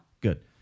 Good